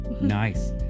Nice